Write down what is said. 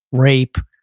rape,